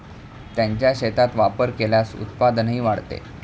त्यांचा शेतीत वापर केल्यास उत्पादनही वाढते